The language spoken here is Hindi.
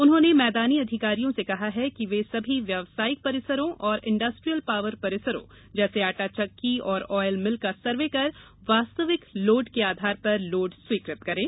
उन्होंने मैदानी अधिकारियों से कहा कि वे सभी व्यावसायिक परिसरों और इंडस्ट्रियल पॉवर परिसरोंजैसे आटा चक्की और ऑयल मिल आदि का सर्वे कर वास्तविक लोड के आधार पर लोड स्वीकृत करें